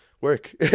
work